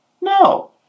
No